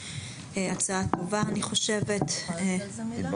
אני חושבת שזו בהחלט הצעה טובה.